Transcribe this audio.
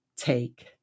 take